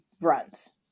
runs